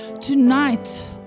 Tonight